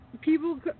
People